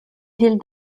ville